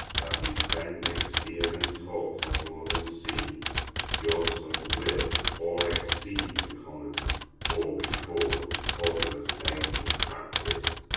that his fen makes fear'd and talk'd of more than seen your son will or exceed the common or be caught with cautelous baits and practice.